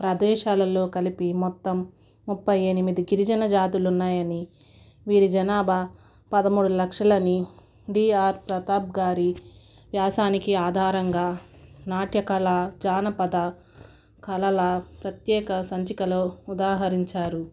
ప్రదేశాలలో కలిపి మొత్తం ముప్ఫై ఎనిమిది గిరిజన జాతులు ఉన్నాయని వీరి జనాభా పదమూడు లక్షలని వీఆర్ ప్రతాప్ గారి వ్యాసానికి ఆధారంగా నాట్యకళ జానపద కళల ప్రత్యేక సంచికలో ఉదహరించారు